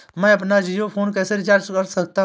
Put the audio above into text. मैं अपना जियो फोन कैसे रिचार्ज कर सकता हूँ?